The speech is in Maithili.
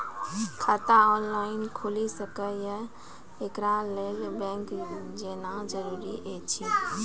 खाता ऑनलाइन खूलि सकै यै? एकरा लेल बैंक जेनाय जरूरी एछि?